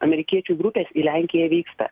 amerikiečių grupės į lenkiją vyksta